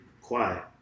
Quiet